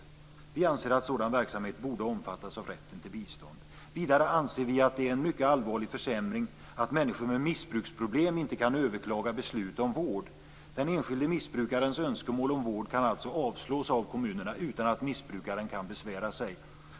Sådan verksamhet borde omfattas av rätten till bistånd. Vidare anser vi att det är en mycket allvarlig försämring att människor med missbruksproblem inte kan överklaga beslut om vård. Den enskilde missbrukarens önskemål om vård kan alltså avslås av kommunerna utan att missbrukaren kan besvära sig.